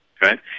right